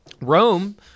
Rome